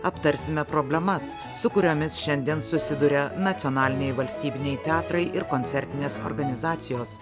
aptarsime problemas su kuriomis šiandien susiduria nacionaliniai valstybiniai teatrai ir koncertinės organizacijos